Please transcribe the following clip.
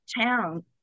town